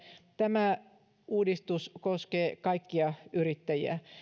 tämä uudistus koskee kaikkia yrittäjiä